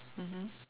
mmhmm